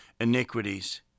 iniquities